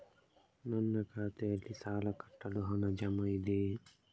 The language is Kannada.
ನನ್ನ ಖಾತೆಯಲ್ಲಿ ಸಾಲ ಕಟ್ಟಲು ಹಣ ಜಮಾ ಇದೆಯೇ?